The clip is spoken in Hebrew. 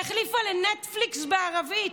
והחליפה לנטפליקס בערבית.